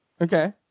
Okay